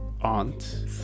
aunt